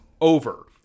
over